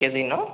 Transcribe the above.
KG ন